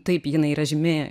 taip jinai yra žymi